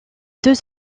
deux